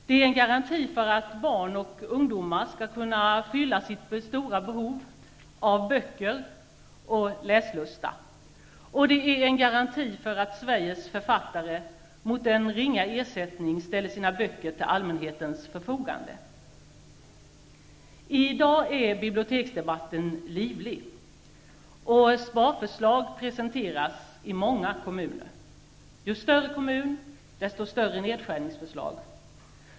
Det är en garanti för att barn och ungdomar skall kunna fylla sitt stora behov av böcker och läslusta. Det är en garanti för att Sveriges författare mot en ringa ersättning ställer sina böcker till allmänhetens förfogande. I dag är biblioteksdebatten livlig. Sparförslag presenteras i många kommuner. Ju större kommun, desto större nedskärningsförslag.